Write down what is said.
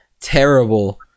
terrible